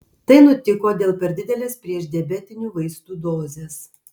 tai nutiko dėl per didelės priešdiabetinių vaistų dozės